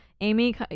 Amy